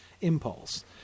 impulse